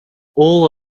all